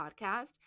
podcast